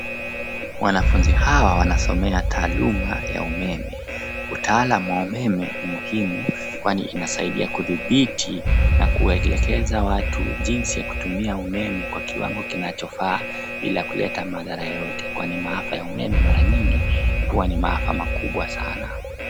Wanafuzi hawa wanasomea taaluma ya umeme. Utaalamu ya umeme ni muhimu kwani inasaidia kudhibiti na kuelekeza watu jinsi ya kutumia umeme kwa kiwango kinachofaa bila kuleta madhara yoyote kwani maafa ya umeme mara nyingi huwa ni maafa makubwa sana.